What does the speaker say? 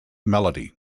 melody